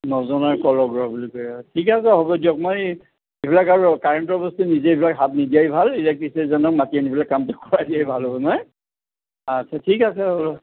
নজনা বুলি কয় ঠিক আছে হ'ব দিয়ক মই এইবিলাক আৰু কাৰেণ'টৰ বস্তু নিজে এইবিলাক হাত নিদিয়াই ভাল ইলেক্ট্ৰিচিয়ানজনক মাতি আনি পেলাই কাম দেখুৱায় দিয়াই ভাল হব নহয় আচ্ছা ঠিক আছে